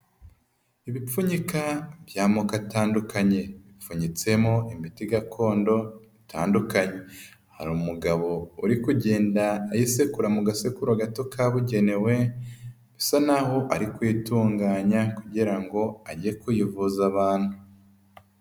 Ibipfunyika by'amoko atandukanye bipfunyitsemo imiti gakondo itandukanye, hari umugabo uri kugenda ayisekura mu gasekuru gato kabugenewe asa naho ari kuyitunganya kugira ngo ajye kuyivuza abantu.